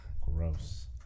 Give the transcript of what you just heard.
Gross